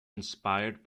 inspired